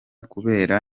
kubera